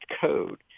code